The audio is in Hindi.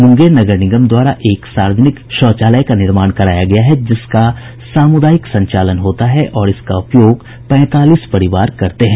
मुंगेर नगर निगम द्वारा एक सार्वजनिक शौचालय का निर्माण कराया गया है जिसका सामुदायिक संचालन होता है और इसका उपयोग पैंतालीस परिवार करते हैं